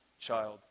child